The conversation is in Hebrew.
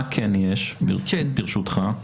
מה כן יש, ברשותך?